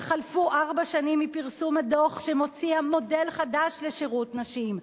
חלפו ארבע שנים מפרסום הדוח שמציע מודל חדש לשירות נשים,